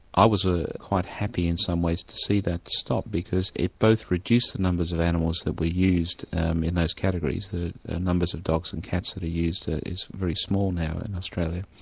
i was ah quite happy in some ways to see that stop because it both reduced the numbers of animals that we used in those categories, the numbers of dogs and cats that are used ah is very small now in australia,